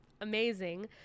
Amazing